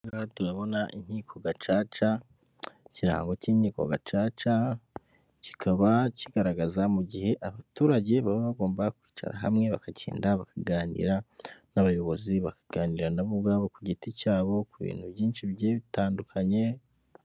Aha ngaha turabona inkiko gacaca, ikirango cy'inkiko gacaca kikaba kigaragaza mu gihe abaturage baba bagomba kwicara hamwe bakagenda bakaganira n'abayobozi, bakaganira nabo ubwabo ku giti cyabo ku bintu byinshi bigiye bitandukanye.